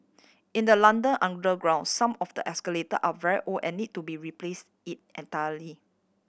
in the London underground some of the escalator are very old and need to be replaced in entirety